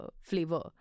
flavor